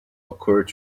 occured